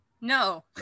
No